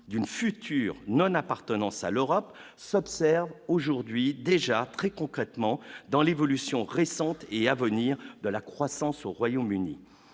d'une future non-appartenance à l'Europe s'observe aujourd'hui déjà très concrètement dans l'évolution récente et à venir de la croissance au Royaume-Uni,